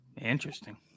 Interesting